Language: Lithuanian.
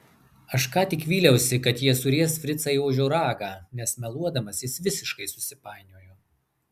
aš ką tik vyliausi kad jie suries fricą į ožio ragą nes meluodamas jis visiškai susipainiojo